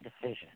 decision